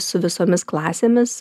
su visomis klasėmis